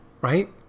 Right